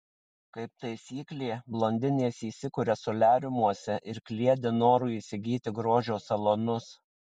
kaip taisyklė blondinės įsikuria soliariumuose ir kliedi noru įsigyti grožio salonus